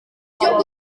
igihugu